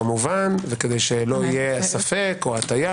כמובן וכדי שלא יהיה ספק או הטעיה